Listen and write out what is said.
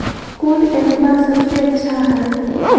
कौन एप्पबा सबसे अच्छा हय?